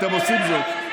אתם עושים זאת,